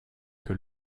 que